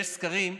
יש סקרים,